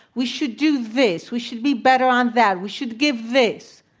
we should do this. we should be better on that. we should give this.